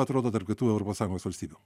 atrodo tarp kitų europos sąjungos valstybių